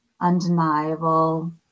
undeniable